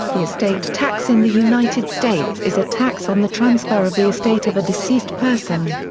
the estate tax in the united states is a tax on the transfer of the estate of a deceased person.